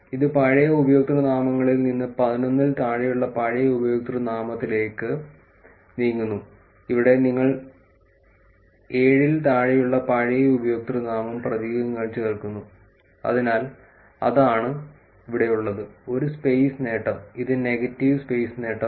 ഇത് പഴയ ഉപയോക്തൃനാമങ്ങളിൽ നിന്ന് 11 ൽ താഴെയുള്ള പഴയ ഉപയോക്തൃനാമത്തിലേക്ക് നീങ്ങുന്നു ഇവിടെ നിങ്ങൾ 7 ൽ താഴെയുള്ള പഴയ ഉപയോക്തൃനാമം പ്രതീകങ്ങൾ ചേർക്കുന്നു അതിനാൽ അതാണ് ഇവിടെയുള്ളത് ഒരു സ്പെയ്സ് നേട്ടം ഇത് നെഗറ്റീവ് സ്പേസ് നേട്ടം